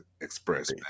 Express